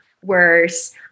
worse